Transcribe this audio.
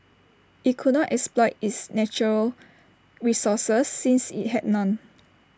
IT could not exploit its natural resources since IT had none